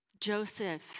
Joseph